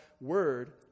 Word